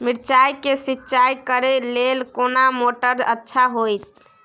मिर्चाय के सिंचाई करे लेल कोन मोटर अच्छा होय छै?